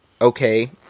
okay